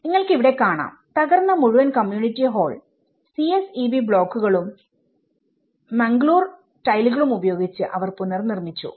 നിങ്ങൾക്ക് ഇവിടെ കാണാം തകർന്ന മുഴുവൻ കമ്മ്യൂണിറ്റി ഹാൾ CSEB ബ്ലോക്കുകളും മംഗ്ലൂർ ടൈലുകളും ഉപയോഗിച്ച് അവർ പുനർനിർമിച്ചു